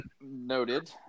noted